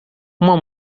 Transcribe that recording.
uma